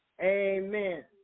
Amen